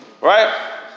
right